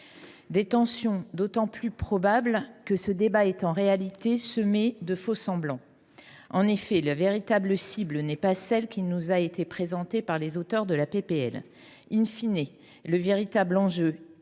Ces tensions sont d’autant plus certaines que le débat est en réalité semé de faux semblants. En effet, la cible n’est pas celle qui nous a été présentée par les auteurs de la proposition de loi., le véritable enjeu